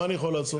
מה אני יכול לעשות?